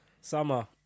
Summer